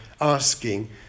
asking